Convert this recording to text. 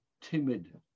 Timid